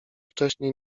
wcześniej